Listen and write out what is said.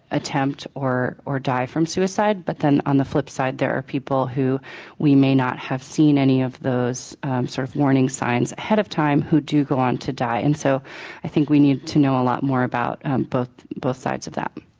attempt or or die from suicide but then on the flip side there are people who we may not have seen any of those sort of warning signs ahead of time who do go on to die and so i think we need to more a lot more about both both sides of that.